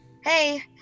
Hey